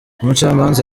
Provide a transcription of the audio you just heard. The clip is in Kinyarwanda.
umucamanza